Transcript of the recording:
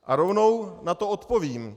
A rovnou na to odpovím.